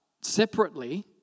separately